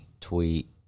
tweet